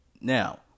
Now